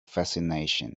fascination